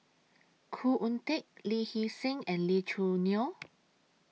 Khoo Oon Teik Lee Hee Seng and Lee Choo Neo